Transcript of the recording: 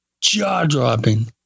jaw-dropping